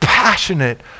Passionate